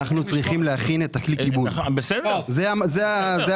אנחנו צריכים להכין את הקלי כיבול, זה הזמן.